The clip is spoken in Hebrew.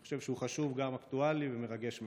אני חושב שהוא חשוב, גם אקטואלי ומרגש מאוד.